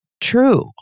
true